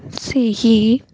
ସେହି